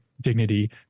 dignity